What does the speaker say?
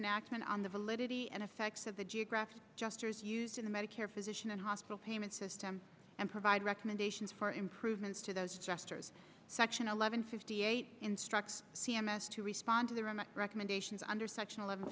an accident on the validity and effects of the geographic juster is used in the medicare physician and hospital payment system and provide recommendations for improvements to those jesters section eleven fifty eight instructs c m s to respond to the room recommendations under section eleven